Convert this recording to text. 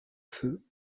feu